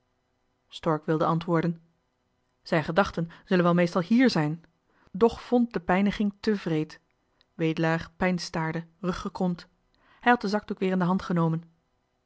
stork wilde antwoorden zijn gedachten zullen wel meestal hier zijn doch vond de pijniging te wreed wedelaar peinsstaarde ruggekromd hij had den zakdoek weer in de hand genomen